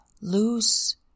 lose